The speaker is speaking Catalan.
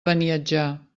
beniatjar